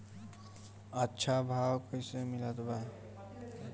अच्छा भाव कैसे मिलत बा?